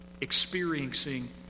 experiencing